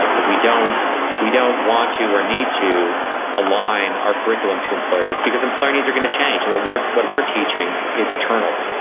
that we don't we don't want to or need to align our curriculum to employer needs because employer needs are going to change and what we're what we're teaching is eternal.